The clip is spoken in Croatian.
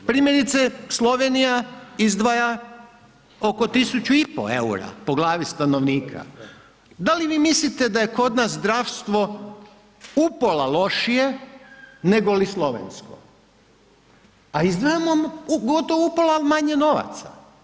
Primjerice Slovenija izdvaja oko 1.500 EUR-a po glavi stanovnika, da li vi mislite da je kod nas zdravstvo upola lošije nego li Slovensko, a izdvajamo gotovo upola manje novaca.